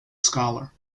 scholar